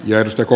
jos joku